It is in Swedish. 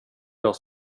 gör